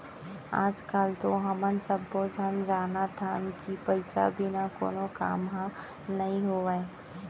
आज काल तो हमन सब्बो झन जानत हन कि पइसा बिना कोनो काम ह नइ होवय